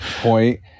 point